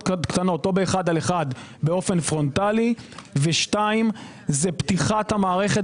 קטנות או באחד על אחד באופן פרונטלי ושתיים זה פתיחת המערכת